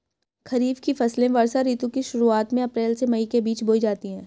खरीफ की फसलें वर्षा ऋतु की शुरुआत में अप्रैल से मई के बीच बोई जाती हैं